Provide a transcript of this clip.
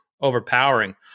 overpowering